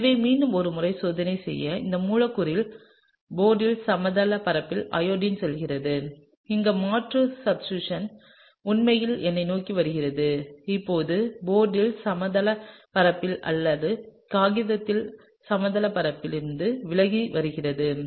எனவே மீண்டும் ஒரு முறை சோதனை செய்ய இந்த மூலக்கூறில் போர்டின் சமதளப் பரப்பில் அயோடின் செல்கிறது இங்கே மாற்று சப்ஸ்டிடூயன்ட் உண்மையில் என்னை நோக்கி வருகிறது அல்லது போர்டின் சமதளப் பரப்பில் அல்லது காகிதத்தின் சமதளப் பரப்பிலிருந்து விலகி வருகிறது